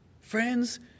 Friends